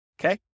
okay